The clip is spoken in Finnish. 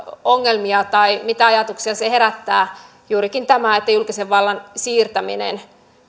ongelmia tai mitä ajatuksia herättää juuri tämä julkisen vallan siirtäminen